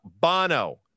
Bono